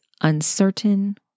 uncertain